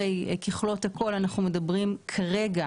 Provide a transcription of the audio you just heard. ככלות הכל, אנחנו מדברים כרגע